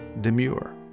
Demure